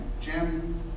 Jim